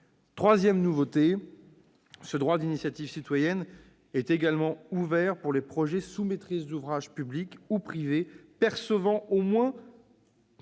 Troisième nouveauté : ce droit d'initiative citoyenne est également ouvert pour les projets sous maîtrise d'ouvrage publique ou privée percevant au moins